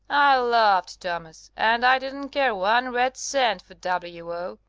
i loved thomas, and i didn't care one red cent for w o.